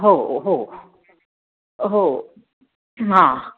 हो हो हो हां